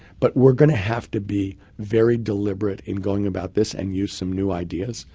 but we're going to have to be very deliberate in going about this and use some new ideas.